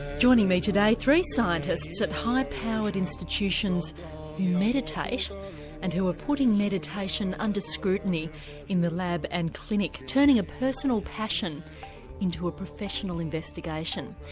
joining me today, three scientists at high powered institutions who meditate and who are putting meditation under scrutiny in the lab and clinic, turning a personal passion into a professional investigation.